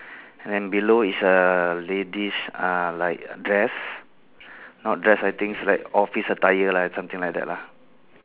and then below is a ladies uh like dress not dress I think it's like office attire lah something like that lah